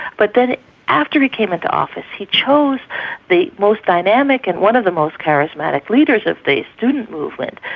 but then after he came into office he chose the most dynamic and one of the most charismatic leaders of the student movement,